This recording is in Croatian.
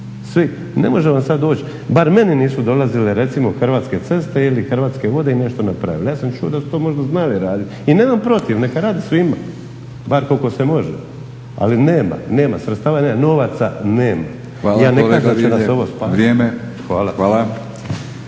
Svi. Ne može vam sada doći, bar meni nisu dolazile recimo Hrvatske ceste ili Hrvatske vode i nešto napravile. Ja sam čuo da su to možda znali raditi i nemam protiv. Neka radi svima bar koliko se može. Ali nema, nema. Sredstava nema, novaca nema. **Batinić, Milorad (HNS)** Hvala